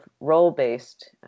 role-based